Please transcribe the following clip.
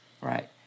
Right